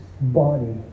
body